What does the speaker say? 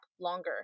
longer